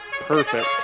Perfect